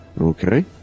Okay